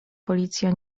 policja